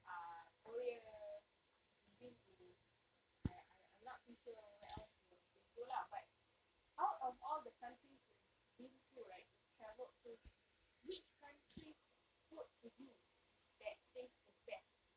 uh korea you've been to I I'm not too sure where else you have been to lah but out of all the countries you've been to right you've travelled to which countries food to you that taste the best